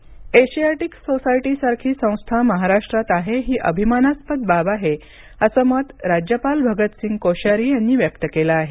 महाराष्ट्र राज्यपाल एशियाटिक सोसायटीसारखी संस्था महाराष्ट्रात आहे ही अभिमानास्पद बाब आहे असं मत राज्यपाल भगतसिंग कोश्यारी यांनी व्यक्त केलं आहे